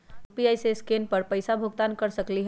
UPI से scan कर पईसा भुगतान कर सकलीहल?